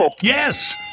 Yes